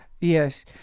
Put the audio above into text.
Yes